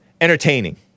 Entertaining